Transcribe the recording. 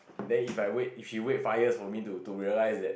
then if I wait if she wait five years for me to to realise that